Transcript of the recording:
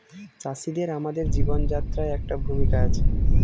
চাষিদের আমাদের জীবনযাত্রায় একটা ভূমিকা আছে